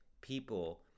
people